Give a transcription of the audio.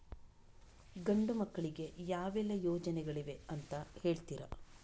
ಗಂಡು ಮಕ್ಕಳಿಗೆ ಯಾವೆಲ್ಲಾ ಯೋಜನೆಗಳಿವೆ ಅಂತ ಹೇಳ್ತೀರಾ?